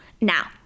Now